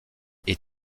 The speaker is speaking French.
est